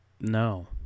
No